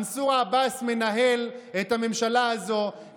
מנסור עבאס מנהל את הממשלה הזאת,